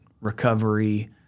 recovery